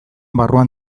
barruan